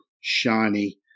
shiny